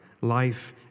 Life